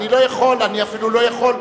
אני אפילו לא יכול,